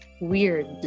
Weird